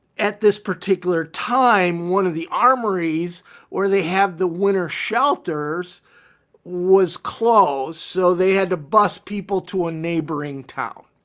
at this particular time, one of the armories where they have the winter shelters was closed, so they had to bus people to a neighboring town.